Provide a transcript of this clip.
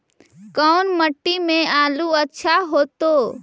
कोन मट्टी में आलु अच्छा होतै?